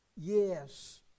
yes